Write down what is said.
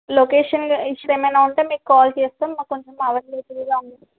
location list ఏమైనా ఉంటే మీకు కాల్ చేస్తాం మాకు కొంచం అవైలబుల్గా ఉండండి